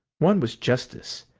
one was justice,